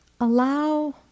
allow